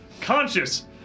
Conscious